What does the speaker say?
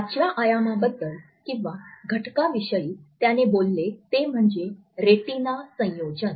पाचव्या आयामा बद्दल किंवा घटकाविषयी त्याने बोलले ते म्हणजे रेटिना संयोजन